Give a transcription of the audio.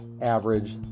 average